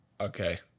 Okay